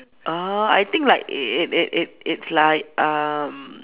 err I think like it it it it it's like um